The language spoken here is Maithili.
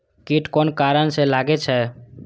कीट कोन कारण से लागे छै?